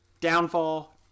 Downfall